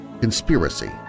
conspiracy